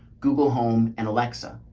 google home. and alexa.